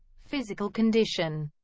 physical condition